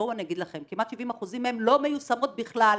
בואו אני אגיד לכם כמעט 70% מהן לא מיושמות בכלל.